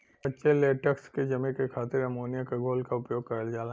कच्चे लेटेक्स के जमे क खातिर अमोनिया क घोल क उपयोग करल जाला